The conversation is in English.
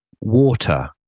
Water